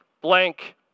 blank